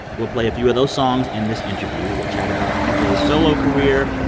we'll play a few of those songs in this interview. we'll chat about pj's solo career,